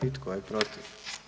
I tko je protiv?